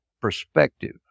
perspective